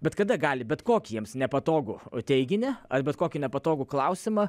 bet kada gali bet kokį jiems nepatogų teiginį ar bet kokį nepatogų klausimą